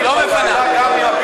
סגן השר.